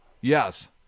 Yes